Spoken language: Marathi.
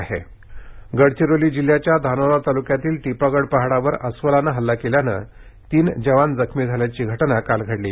अस्वल हल्ला गडचिरोली जिल्ह्याच्या धानोरा तालुक्यातील टिपागड पहाडावर अस्वलानं हल्ला केल्यानं तीन जवान जखमी झाल्याची काल घडली